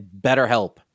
BetterHelp